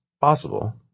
possible